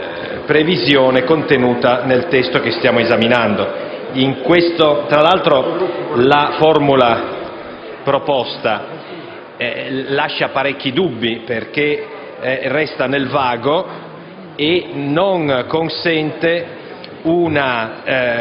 previsione contenuta nel testo che stiamo esaminando. Tra l'altro, la formula proposta lascia parecchi dubbi, perché resta nel vago e non consente la